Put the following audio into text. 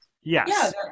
Yes